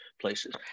places